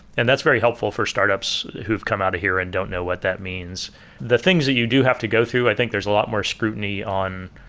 and that's very helpful for startups who've come out of here and don't know what that means the things that you do have to go through, i think there's a lot more scrutiny on